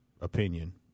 opinion